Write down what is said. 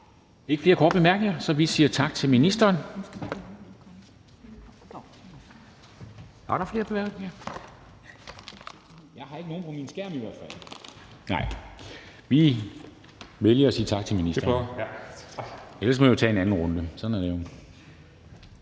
ikke flere korte bemærkninger, så vi siger tak til ministeren. Var der flere korte bemærkninger? Jeg har i hvert fald ikke nogen på min skærm. Vi vælger at sige tak til ministeren. Ellers må vi tage en anden runde. Sådan er det jo.